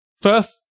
first